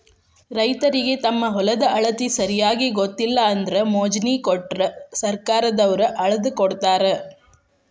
ರೈತರಿಗೆ ತಮ್ಮ ಹೊಲದ ಅಳತಿ ಸರಿಯಾಗಿ ಗೊತ್ತಿಲ್ಲ ಅಂದ್ರ ಮೊಜ್ನಿ ಕೊಟ್ರ ಸರ್ಕಾರದವ್ರ ಅಳ್ದಕೊಡತಾರ